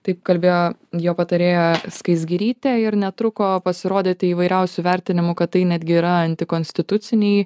taip kalbėjo jo patarėja skaisgirytė ir netruko pasirodyti įvairiausių vertinimų kad tai netgi yra antikonstituciniai